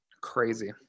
Crazy